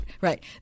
right